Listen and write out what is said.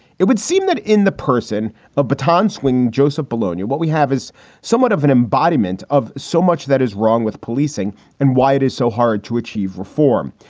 it would seem that in the person of batons, when joseph polonia. what we have is somewhat of an embodiment of so much that is wrong with policing and why it is so hard to achieve reform.